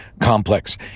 complex